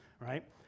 right